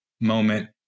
moment